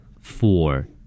Four